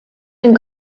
and